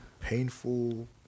painful